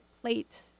plate